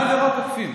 תו ירוק אוכפים.